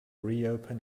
reopen